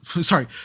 sorry